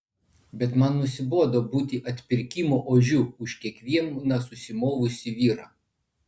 bet man nusibodo būti atpirkimo ožiu už kiekvieną susimovusį vyrą